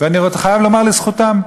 ואני חייב לומר לזכותם,